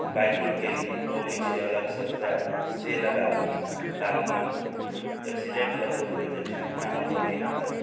बाइकिंगके लिए अबै छै अलग सँ पैड से लगाबी ताकि एक्सिडेंट कतौ होय तऽ ठेहुना हमर नहि टूटय